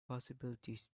possibilities